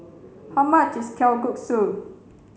how much is Kalguksu